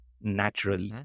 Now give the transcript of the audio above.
natural